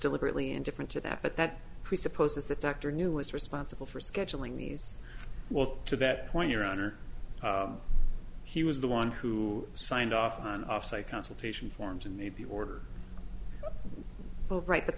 deliberately indifferent to that but that presupposes that doctor knew was responsible for scheduling these well to that point your honor he was the one who signed off on our site consultation forms and maybe order right but